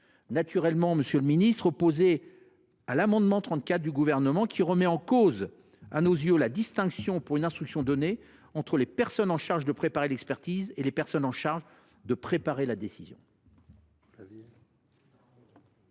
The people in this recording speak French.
naturellement, monsieur le ministre, opposé à l’amendement n° 34 du Gouvernement, qui remet en cause la distinction, pour une instruction donnée, entre les personnes chargées de préparer l’expertise et les personnes chargées de préparer la décision.